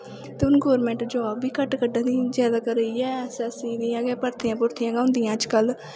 ते हून government job बी घट्ट कड्ढा दी जादातर इ'यै न ऐस ऐस सी दियां गै भर्थियां भुर्थियां होंदियां अज्ज कल